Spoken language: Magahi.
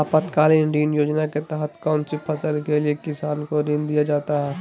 आपातकालीन ऋण योजना के तहत कौन सी फसल के लिए किसान को ऋण दीया जाता है?